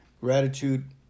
gratitude